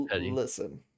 listen